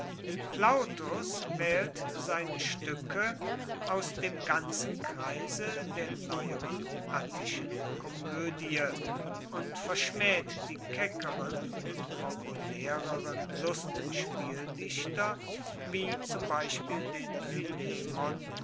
plautus wählt seine stücke aus dem ganzen kreise der neueren attischen komödie und verschmäht die keckeren und populäreren lustspieldichter wie zum beispiel den